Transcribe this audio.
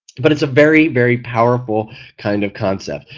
but it's a very, very powerful kind of concept.